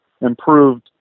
improved